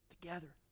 Together